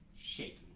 shaking